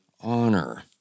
honor